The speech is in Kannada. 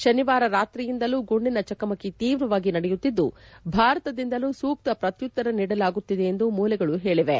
ಶನಿವಾರ ರಾತ್ರಿಯಿಂದಲೂ ಗುಂಡಿನ ಚಕಮಕಿ ತೀವ್ರವಾಗಿ ನಡೆಯುತ್ತಿದ್ದು ಭಾರತದಿಂದಲೂ ಸೂಕ್ತ ಪ್ರತ್ಯುತ್ತರ ನೀಡಲಾಗುತ್ತಿದೆ ಎಂದು ಮೂಲಗಳು ಹೇಳಿವೆ